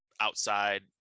outside